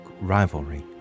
rivalry